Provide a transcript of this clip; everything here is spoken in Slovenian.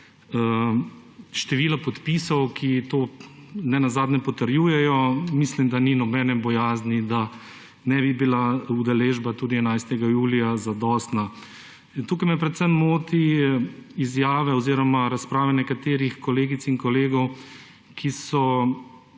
številu podpisov, ki to nenazadnje potrjujejo, mislim, da ni nobene bojazni, da ne bi bila udeležba tudi 11. julija zadostna. Tukaj me predvsem motijo izjave oziroma razprave nekaterih kolegic in kolegov, ki so